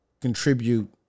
contribute